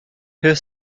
her